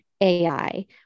AI